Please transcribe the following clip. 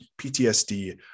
PTSD